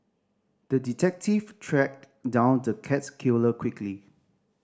the detective tracked down the cat killer quickly